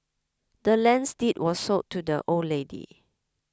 the land's deed was sold to the old lady